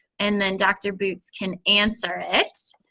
and then dr. boots can answer it.